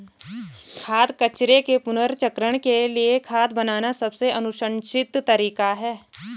खाद्य कचरे के पुनर्चक्रण के लिए खाद बनाना सबसे अनुशंसित तरीका है